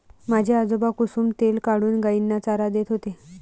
माझे आजोबा कुसुम तेल काढून गायींना चारा देत होते